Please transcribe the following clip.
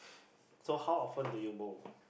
so how often do you bowl